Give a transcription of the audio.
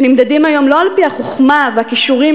שנמדדים היום לא על-פי החוכמה והכישורים